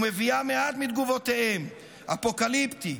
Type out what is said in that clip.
ומביאה מעט מתגובותיהם: 'אפוקליפטי',